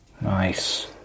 nice